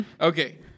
Okay